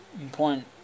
important